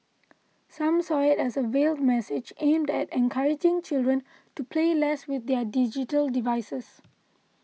some saw it as a veiled message aimed at encouraging children to play less with their digital devices